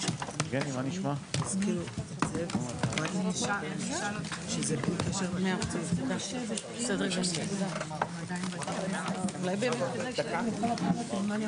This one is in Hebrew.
10:22.